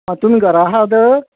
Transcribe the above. आं तुमी घरा आसा तर